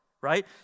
right